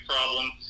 problem